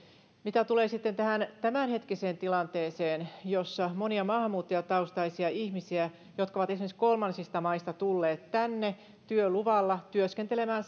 mitä tulee sitten tähän tämänhetkiseen tilanteeseen jossa on monia maahanmuuttajataustaisia ihmisiä jotka ovat esimerkiksi kolmansista maista tulleet tänne työluvalla työskentelemään